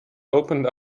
opened